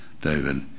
David